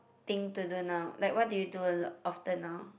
thing to do now like what do you do often now